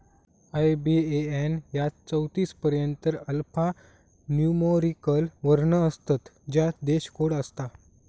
IBAN यात चौतीस पर्यंत अल्फान्यूमोरिक वर्ण असतत ज्यात देश कोड असता